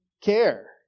care